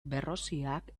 berroziak